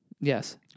Yes